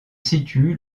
situe